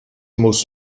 muss